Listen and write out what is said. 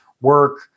work